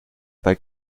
bei